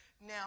Now